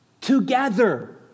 Together